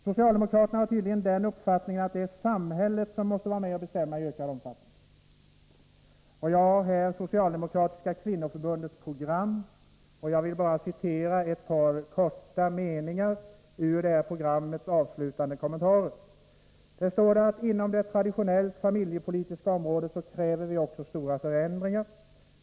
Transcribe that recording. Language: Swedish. Socialdemokraterna har tydligen den uppfattningen att samhället måste vara med och bestämma i ökad omfattning. Jag har här i min hand Socialdemokratiska kvinnoförbundets program, och jag vill återge ett par korta meningar ur detta programs avslutande kommentarer: Inom det traditionellt familjepolitiska området kräver vi också stora förändringar.